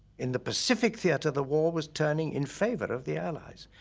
in the pacific theater, the war was turning in favor of the allies.